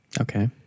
Okay